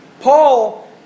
Paul